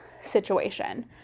situation